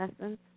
Essence